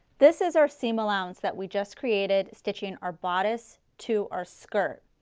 this is our seam allowance that we just created stitching our bodice to our skirt.